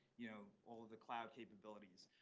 you know, all of the cloud capabilities.